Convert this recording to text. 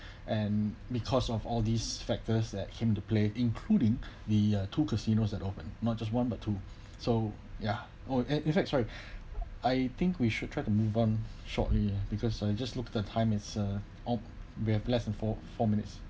and because of all these factors at him to play including the two casinos are opened not just one but two so ya oh in in fact sorry I think we should try to move on shortly because I just looked the time is uh oh we have less than four four minutes